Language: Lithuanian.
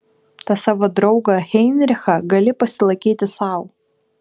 tą savo draugą heinrichą gali pasilaikyti sau